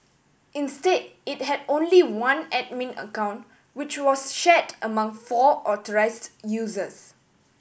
instead it had only one admin account which was shared among four authorised users